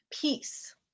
peace